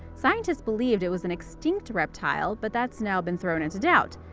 scientists believed it was an extinct reptile, but that's now been thrown into doubt.